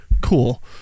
Cool